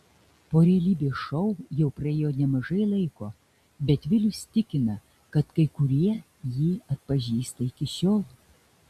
po realybės šou jau praėjo nemažai laiko bet vilius tikina kad kai kurie jį atpažįsta iki šiol